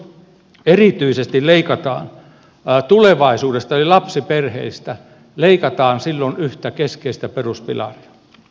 jos erityisesti leikataan tulevaisuudesta eli lapsiperheistä leikataan silloin yhtä keskeistä peruspilaria